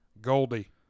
Goldie